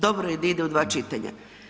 Dobro je da ide u dva čitanja.